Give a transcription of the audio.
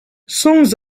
songs